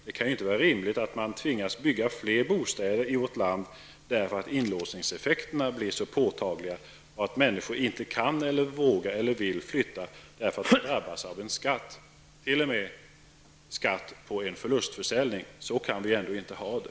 Det kan inte vara rimligt att man tvingas bygga fler bostäder i vårt land därför att inlåsningseffekterna blir så påtagliga så att människor inte kan, vågar eller vill flytta eftersom de drabbas av en skatt, och t.o.m. en skatt på en förlustförsäljning. Så kan vi ändå inte ha det.